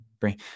bring